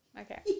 okay